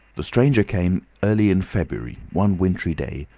the stranger came early in february, one wintry day,